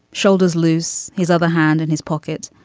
shoulders loose. his other hand in his pocket.